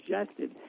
suggested